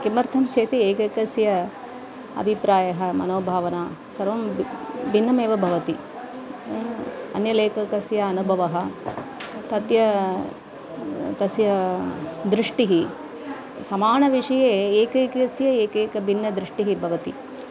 किमर्थं चेत् एकैकस्य अभिप्रायः मनोभावना सर्वं भिन्नमेव भवति अन्यलेखकस्य अनुभवः तस्य तस्य दृष्टिः समानविषये एकैकस्य एकैकभिन्नदृष्टिः भवति